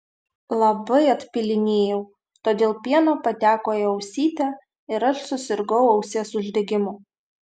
labai atpylinėjau todėl pieno pateko į ausytę ir aš susirgau ausies uždegimu